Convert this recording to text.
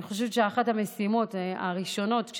אני חושבת שאחת המשימות הראשונות שהיו